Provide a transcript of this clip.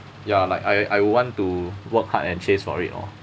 ya like I I would want to work hard and chase for it or